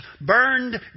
burned